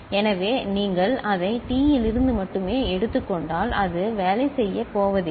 எனவே நீங்கள் அதை T இலிருந்து மட்டுமே எடுத்துக் கொண்டால் அது வேலை செய்யப்போவதில்லை